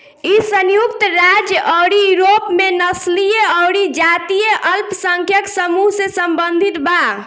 इ संयुक्त राज्य अउरी यूरोप में नस्लीय अउरी जातीय अल्पसंख्यक समूह से सम्बंधित बा